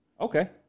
Okay